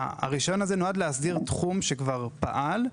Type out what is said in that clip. הרישיון הזה נועד להסדיר תחום שכבר פעל,